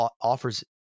offers